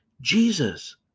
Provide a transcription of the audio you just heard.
Jesus